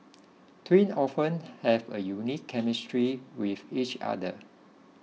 twin often have a unique chemistry with each other